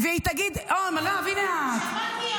אה, מירב, הינה את.